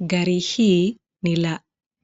Gari hii ni la